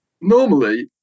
normally